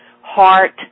heart